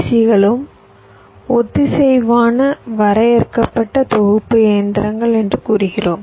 சிகளும் ஒத்திசைவான வரையறுக்கப்பட்ட தொகுப்பு இயந்திரங்கள் என்று கூறுகிறோம்